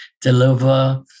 deliver